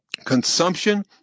Consumption